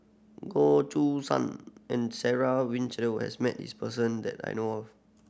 Goh San and Sarah has met this person that I know of